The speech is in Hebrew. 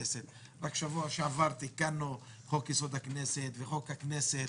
הכנסת רק בשבוע שעבר תיקנו את חוק-יסוד: הכנסת ואת חוק הכנסת,